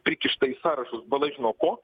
prikišta į sąrašus bala žino ko